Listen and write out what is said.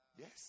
Yes